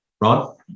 Ron